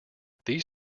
these